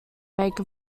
make